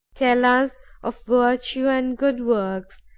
tell us of virtue and good works,